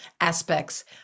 aspects